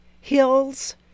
Hills